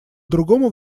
другому